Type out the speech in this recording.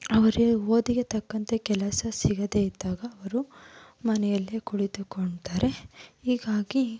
ಅವರಿಗೆ ಓದಿಗೆ ತಕ್ಕಂತೆ ಕೆಲಸ ಸಿಗದೆ ಇದ್ದಾಗ ಅವರು ಮನೆಯಲ್ಲೇ ಕುಳಿತುಕೊಂತಾರೆ ಹೀಗಾಗಿ